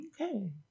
Okay